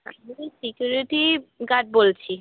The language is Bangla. আমি তো সিকোরিটি গার্ড বলছি